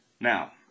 Now